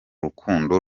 rukundo